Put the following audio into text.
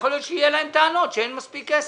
יכול להיות שיהיו להם טענות שאין מספיק כסף.